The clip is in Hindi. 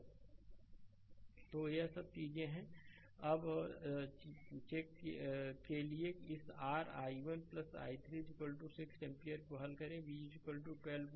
स्लाइड समय देखें 1853 तो यह सब चीजें अब हैं चेक के लिए इस r i1 i3 6 एम्पीयर को हल करें और v 12 वोल्ट